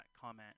comment